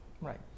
Right